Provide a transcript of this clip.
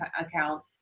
account